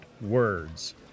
words